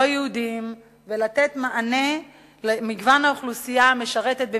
יהודיים ולתת מענה למגוון האוכלוסייה המשרתת במילואים,